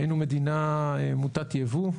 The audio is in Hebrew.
היינו מדינה מוטת ייבוא.